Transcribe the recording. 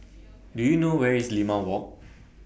Do YOU know Where IS Limau Walk